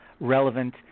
relevant